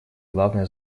главная